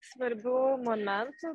svarbių momentų